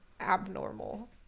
abnormal